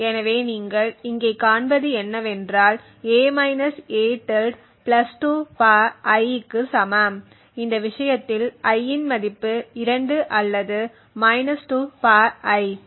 எனவே நீங்கள் இங்கே காண்பது என்னவென்றால் a a 2 I க்கு சமம் இந்த விஷயத்தில் I இன் மதிப்பு 2 அல்லது 2 I